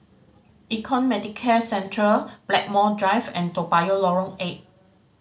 Econ Medicare Centre Blackmore Drive and Toa Payoh Lorong Eight